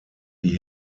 die